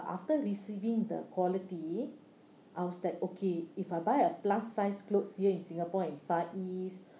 after receiving the quality I was like okay if I buy a plus size clothes here in singapore in far east